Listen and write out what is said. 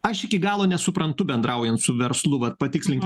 aš iki galo nesuprantu bendraujant su verslu vat patikslinkit